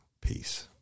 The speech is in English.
Peace